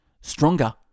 Stronger